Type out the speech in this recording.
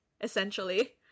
essentially